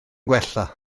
gwella